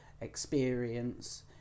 experience